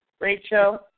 Rachel